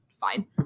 fine